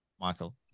Michael